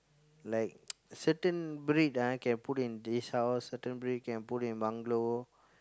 like certain breed ah can put in this house certain breed can put in bungalow